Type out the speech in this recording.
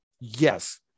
yes